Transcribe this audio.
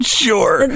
sure